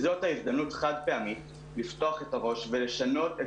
וזאת הזדמנות חד-פעמית לפתוח את הראש ולשנות את